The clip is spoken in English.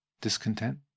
discontent